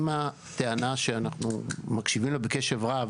אם הטענה שאנחנו מקשיבים לה בקשב רב,